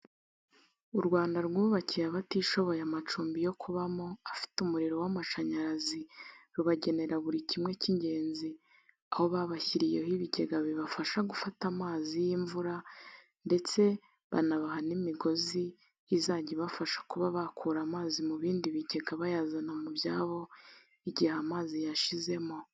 U Rwanda rwubakiye abatishoboye amacumbi yo kubamo afite umuriro w'amashanyarazi rubagenera buri kimwe cy'ingenzi, aho babashyiriyeho ibigega bibafasha mu gufata amazi y'imvura ndetse banabaha n'imigozi izajya ibafasha kuba bakura amazi mu bindi bigega bayazana mu byabo igihe amazi yashizemo.